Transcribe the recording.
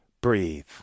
Breathe